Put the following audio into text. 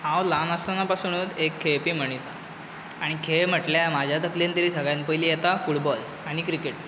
हांव ल्हान आसताना पासुनूच एक खेळपी मनीस आनी खेळ म्हटल्यार म्हाज्या तकलेन तरी सगळ्यांत पयलीं येता फुटबॉल आनी क्रिकेट